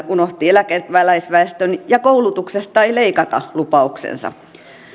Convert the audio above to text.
unohti eläkeläisväestön ja koulutuksesta ei leikata lupauksensa